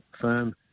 firm